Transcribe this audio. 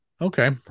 Okay